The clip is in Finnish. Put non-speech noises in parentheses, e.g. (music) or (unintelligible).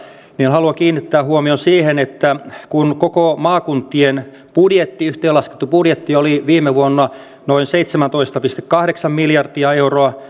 haluan kiinnittää huomion siihen että kun maakuntien koko budjetti yhteenlaskettu budjetti oli viime vuonna noin seitsemäntoista pilkku kahdeksan miljardia euroa (unintelligible)